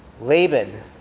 Laban